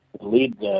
lead